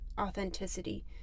authenticity